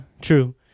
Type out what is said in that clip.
true